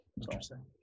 interesting